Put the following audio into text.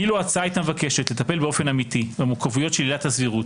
אילו ההצעה הייתה מבקשת לטפל באופן אמיתי במורכבויות של עילת הסבירות,